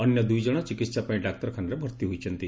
ଅନ୍ୟ ଦୁଇଜଣ ଚିକିହା ପାଇଁ ଡାକ୍ତରଖାନାରେ ଭର୍ତି ହୋଇଛନ୍ତି